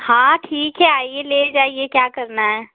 हाँ ठीक है आइए ले जाइए क्या करना है